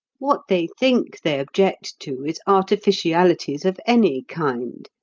what they think they object to is artificialities of any kind,